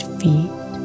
feet